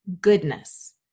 goodness